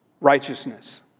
righteousness